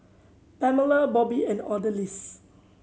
Pamela Bobbie and Odalis